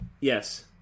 Yes